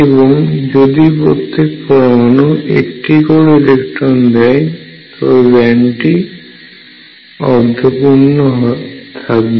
এবং যদি প্রত্যেক পরমাণু একটি করে ইলেকট্রন দেয় তবে ব্যান্ডটি অর্ধপূর্ন থাকবে